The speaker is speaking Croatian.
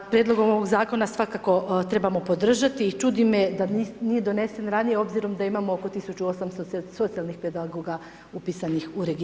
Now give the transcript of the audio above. Prijedlog ovog zakona, svakako trebamo podržati i čudi me da nije donesen ranije, obzirom da imamo oko 1800 socijalnih pedagoga upisanih u registar.